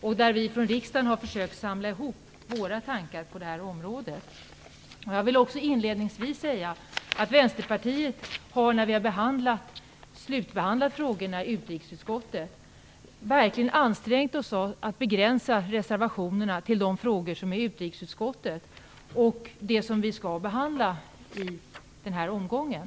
Där har vi i riksdagen försökt samla ihop våra tankar på det här området. Jag vill också inledningsvis säga att vi i Vänsterpartiet, när vi har slutbehandlat frågorna i utrikesutskottet, verkligen har ansträngt oss för att begränsa reservationerna till de frågor som hör till utrikesutskottet och som vi skall behandla i den här omgången.